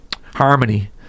harmony